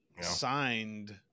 signed